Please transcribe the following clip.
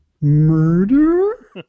Murder